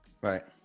Right